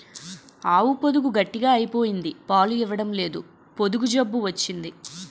ఆవు పొదుగు గట్టిగ అయిపోయింది పాలు ఇవ్వడంలేదు పొదుగు జబ్బు వచ్చింది